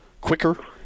quicker